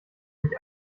mich